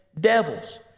devils